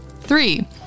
Three